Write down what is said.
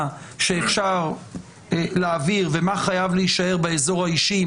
שאפשר להעביר ומה חייב להישאר באזור האישי,